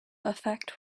effect